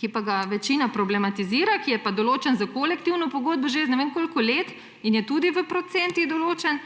ki pa ga večina problematizira, ki je pa določen s kolektivno pogodbo že ne vem koliko let in je tudi v procentih določen,